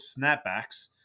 Snapbacks